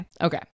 Okay